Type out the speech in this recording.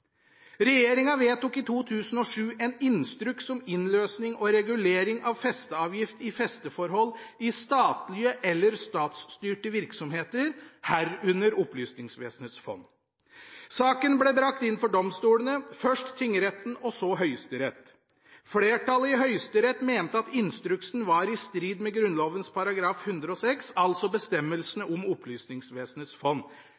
Regjeringa vedtok i 2007 en instruks om innløsning og regulering av festeavgift i festeforhold i statlige eller statsstyrte virksomheter, herunder Opplysningsvesenets fond. Saken ble bragt inn for domstolene – først tingretten og så Høyesterett. Flertallet i Høyesterett mente at instruksen var i strid med Grunnloven § 106 – altså bestemmelsene om Opplysningsvesenets fond.